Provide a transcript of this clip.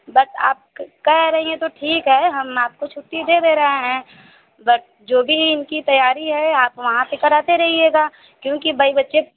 but आप क कह रही हैं तो ठीक है हम आपको छुट्टी दे दे रहे हैं बट जो भी इनकी तैयारी है आप वहाँ पर कराते रहिएगा क्योंकि भाई बच्चे